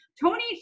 Tony